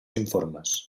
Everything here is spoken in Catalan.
informes